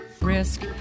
Risk